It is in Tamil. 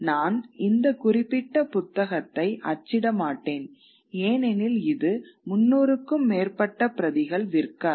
நான் இந்த குறிப்பிட்ட புத்தகத்தை அச்சிட மாட்டேன் ஏனெனில் இது 300 க்கும் மேற்பட்ட பிரதிகள் விற்காது